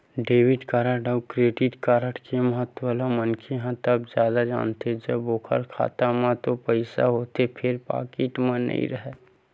debit card अउ credit card के महत्ता ल मनखे ह तब जादा जानथे जब ओखर खाता म तो पइसा होथे फेर पाकिट म नइ राहय